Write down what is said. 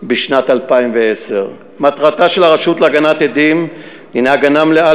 בשנת 2010. מטרתה של הרשות להגנת עדים הנה הגנה מלאה,